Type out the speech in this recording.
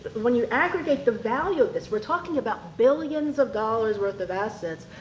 when you aggregate the value of this, we're talking about billions of dollars worth of assets,